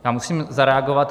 Já musím zareagovat.